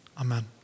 Amen